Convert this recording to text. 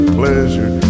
pleasure